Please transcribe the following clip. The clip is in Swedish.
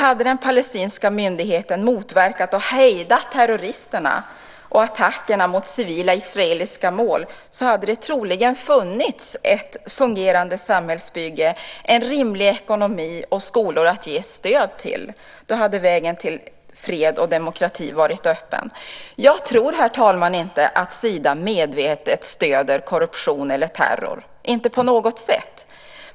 Hade den palestinska myndigheten motverkat och hejdat terroristerna och attackerna mot civila israeliska mål hade det troligen funnits ett fungerande samhällsbygge, en rimlig ekonomi och skolor att ge stöd till. Då hade vägen till fred och demokrati varit öppen. Jag tror inte, herr talman, att Sida medvetet stöder korruption eller terror, inte på något sätt.